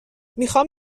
میخام